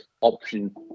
option